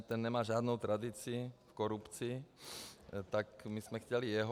Ten nemá žádnou tradici v korupci, tak my jsme chtěli jeho.